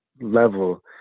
level